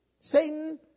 Satan